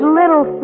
little